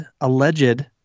alleged